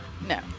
No